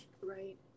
Right